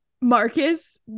Marcus